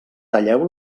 talleu